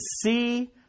see